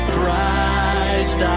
Christ